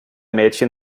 mädchen